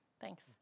Thanks